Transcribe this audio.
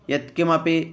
या कापि